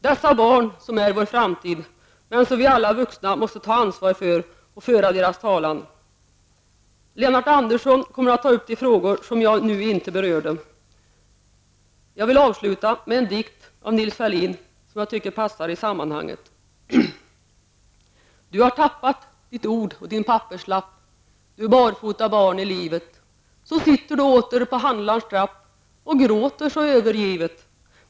Dessa barn är vår framtid, men vi alla vuxna måste ta ansvar för dem och föra deras talan. Lennart Andersson kommer att ta upp de frågor som jag nu inte berörde. Jag vill avsluta med en dikt av Nils Ferlin som jag tycker passar i sammanhanget. Du har tappat ditt ord och din papperslapp Nu sitter du åter på handlarns trapp och gråter så övergivet.